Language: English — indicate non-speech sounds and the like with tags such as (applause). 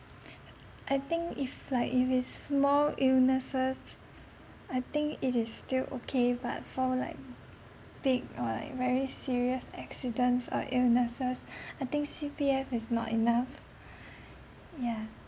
(noise) I think if like if it's small illnesses I think it is still okay but for like big or like very serious accidents or illnesses I think C_P_F is not enough yeah